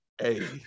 Hey